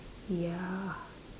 ya